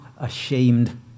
ashamed